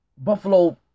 Buffalo